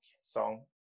song